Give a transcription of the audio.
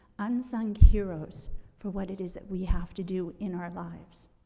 unsung heroes for what it is that we have to do in our lives.